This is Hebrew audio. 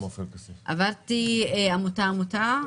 עמותה-עמותה,